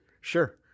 sure